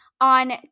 on